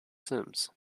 sims